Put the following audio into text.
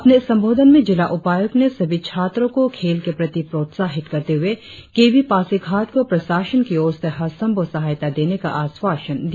अपने संबोधन में जिला उपायुक्त ने सभी छात्रों को खेल के प्रति प्रोत्साहित करते हुए के वी पासीघाट को प्रशासन की ओर से हर संभव सहायता देने का आश्वासन दिया